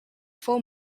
full